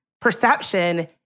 perception